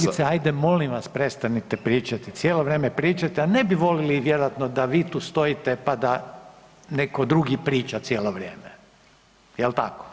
Kolegice ajde molim vas prestanite pričati, cijelo vrijeme pričate, a ne bi volili vjerojatno da vi tu stojite, pa da neko drugi priča cijelo vrijeme, jel tako?